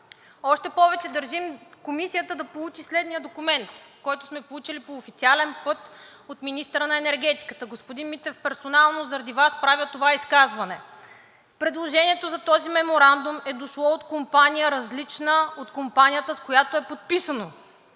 Още повече държим Комисията да получи следния документ, който сме получили по официален път от министъра на енергетиката. (Показва документ.) Господин Митев, персонално заради Вас правя това изказване. Предложението за този меморандум е дошло от компания, различна от компанията, с която е подписано,